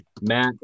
Matt